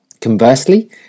Conversely